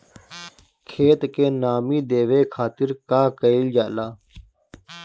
खेत के नामी देवे खातिर का कइल जाला?